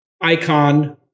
icon